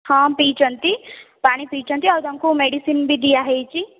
ହଁ ପିଇଛନ୍ତି ପାଣି ପିଇଛନ୍ତି ଆଉ ତାଙ୍କୁ ମେଡିସିନ୍ ବି ଦିଆ ହୋଇଛି